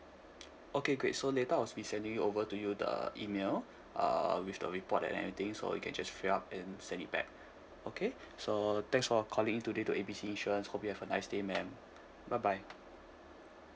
okay great so later I will be sending over to you the email uh with the report and everything so you can just fill up and send it back okay so thanks for calling in today to A B C insurance hope you have a nice day ma'am bye bye